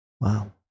Wow